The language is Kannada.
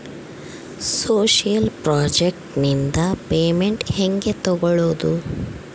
ಸೋಶಿಯಲ್ ಪ್ರಾಜೆಕ್ಟ್ ನಿಂದ ಪೇಮೆಂಟ್ ಹೆಂಗೆ ತಕ್ಕೊಳ್ಳದು?